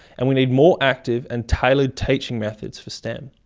and we need more active and tailored teaching methods for stem.